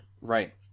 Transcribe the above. Right